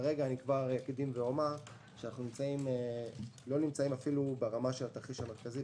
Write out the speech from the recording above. כבר אקדים ואומר שאנחנו לא נמצאים אפילו ברמה של התרחיש המרכזי,